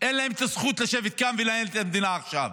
אין להם את הזכות לשבת כאן ולנהל את המדינה עכשיו.